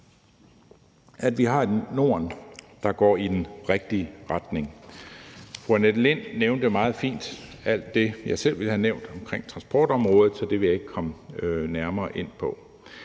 at vi har et Norden, der går i den rigtige retning. Fru Annette Lind nævnte meget fint alt det, jeg selv ville have nævnt omkring transportområdet, så det vil jeg ikke komme nærmere ind på.